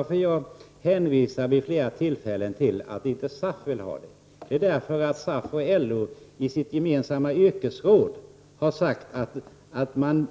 Att jag vid flera tillfällen hänvisar till att inte SAF vill ha systemet beror på att SAF och LO i sitt gemensamma yrkesråd har sagt att de